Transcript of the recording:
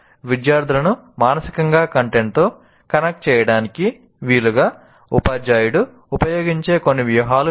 విద్యార్థులను మానసికంగా కంటెంట్తో కనెక్ట్ చేయడానికి వీలుగా ఉపాధ్యాయుడు ఉపయోగించే కొన్ని వ్యూహాలు ఇవి